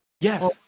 yes